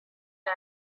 not